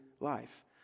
life